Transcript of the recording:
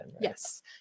Yes